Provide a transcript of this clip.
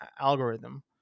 algorithm